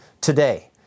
today